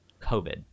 covid